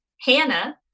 Hannah